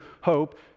hope